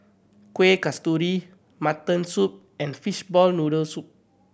Kuih Kasturi mutton soup and fishball noodle soup